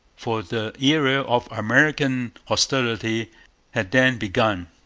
for the era of american hostility had then begun.